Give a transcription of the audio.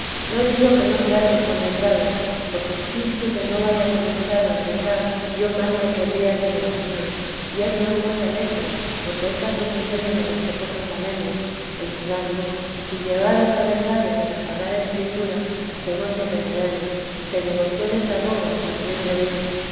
no digo que no traten con letrados porque espíritu que no vaya comenzado en verdad yo más le querría sin oración y es gran cosa letras porque éstas nos enseñan a los que poco sabemos y nos dan luz y llegados a verdades de la sagrada escritura hacemos lo que debemos de devociones a bobas nos libre dios